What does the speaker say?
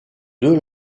deux